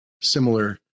similar